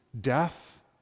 death